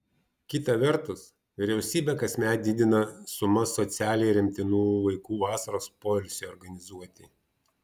kita vertus vyriausybė kasmet didina sumas socialiai remtinų vaikų vasaros poilsiui organizuoti